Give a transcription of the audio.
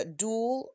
dual